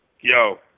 Yo